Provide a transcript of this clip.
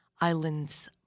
islands